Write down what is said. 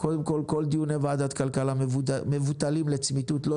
כל דיוני ועדת הכלכלה מוטלים לצמיתות ולא